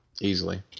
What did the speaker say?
easily